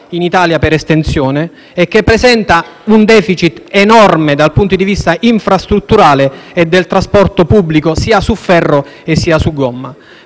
in Italia per estensione, la quale presenta un *deficit* enorme dal punto di vista infrastrutturale e del trasporto pubblico sia su ferro che su gomma.